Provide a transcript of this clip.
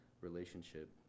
relationship